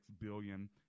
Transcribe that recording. billion